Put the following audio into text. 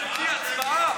הצבעה, בבקשה.